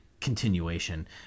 continuation